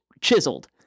chiseled